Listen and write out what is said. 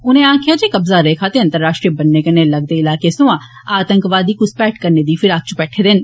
उने आक्खेआ जे कब्जा रेखा ते अंतर्राष्ट्रीय बन्नै कन्नै लगदे इलाके सोयां आतंकवादी घुसपैठ करने दी फिराक च बैठे दे न